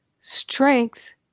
strength